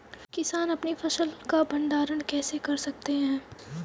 किसान अपनी फसल का भंडारण कैसे कर सकते हैं?